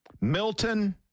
Milton